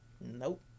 Nope